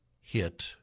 hit